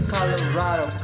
Colorado